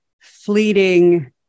fleeting